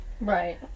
Right